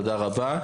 תודה רבה.